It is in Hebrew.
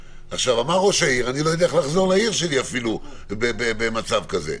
אמר ראש העיר: אני לא יודע איך לחזור לעיר שלי במצב כזה.